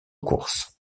course